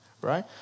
right